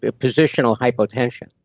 ah positional hypotension.